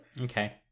okay